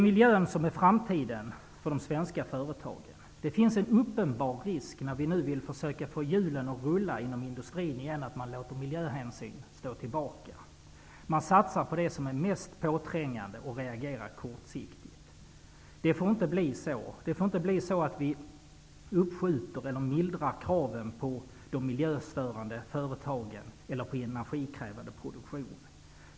Miljön är framtiden för de svenska företagen. Det finns en uppenbar risk, när vi nu vill försöka få hjulen inom industrin att rulla igen, att man låter miljöhänsyn stå tillbaka. Man satsar på det som är mest påträngande och reagerar kortsiktigt. Det får inte bli så att vi uppskjuter eller mildrar kraven på de miljöstörande företagen eller på den energikrävande produktionen.